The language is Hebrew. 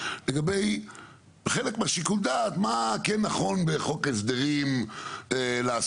לגבי חלק משיקול הדעת מה כן נכון בחוק ההסדרים לעשות,